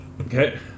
Okay